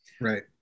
Right